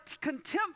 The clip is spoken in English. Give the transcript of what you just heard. contempt